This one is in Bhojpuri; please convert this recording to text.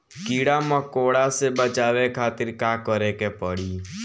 कीड़ा मकोड़ा से बचावे खातिर का करे के पड़ी?